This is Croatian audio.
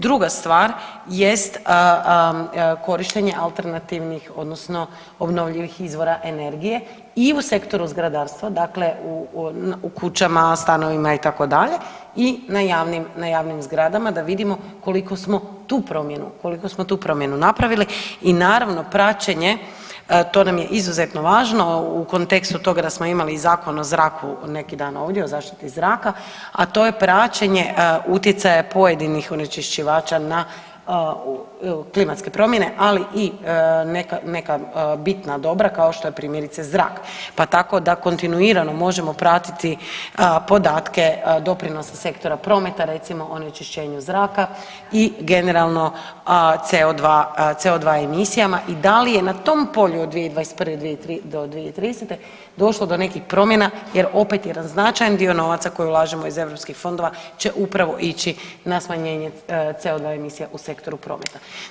Druga stvar jest korištenje alternativnih odnosno obnovljivih izvora energije i u sektoru zgradarstva, dakle u kućama, stanovima itd. i na javnim, na javnim zgradama da vidimo koliko smo tu promjenu, koliko smo tu promjenu napravili i naravno praćenje, to nam je izuzetno važno u kontekstu toga da smo imali i Zakon o zraku neki dan ovdje, o zaštiti zraka, a to je praćenje utjecaja pojedinih onečišćivača na klimatske promjene, ali i neka, neka bitna dobra kao što je primjerice zrak, pa tako da kontinuirano možemo pratiti podatke doprinosa sektora prometa, recimo o onečišćenju zraka i generalno CO, CO2 emisijama i da li je na tom polju od 2021. do 2030. došlo do nekih promjena jer opet jedan značajan dio novaca koji ulažemo iz europskih fondova će upravo ići na smanjenje CO2 emisija u sektoru prometa.